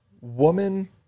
woman